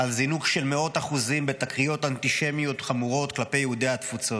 חל זינוק של מאות אחוזים בתקריות אנטישמיות חמורות כלפי יהודי התפוצות,